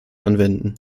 anwenden